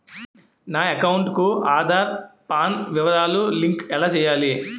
నా అకౌంట్ కు ఆధార్, పాన్ వివరాలు లంకె ఎలా చేయాలి?